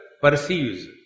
perceives